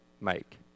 make